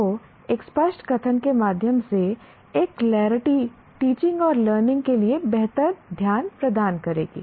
तो एक स्पष्ट कथन के माध्यम से एक क्लेरिटी टीचिंग और लर्निंग लिए बेहतर ध्यान प्रदान करेगी